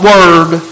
Word